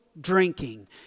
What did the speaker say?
Drinking